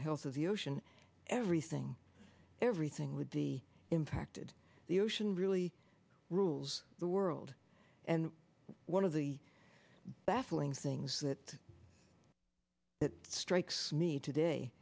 the health of the ocean everything everything would be impacted the ocean really rules the world and one of the baffling things that it strikes me today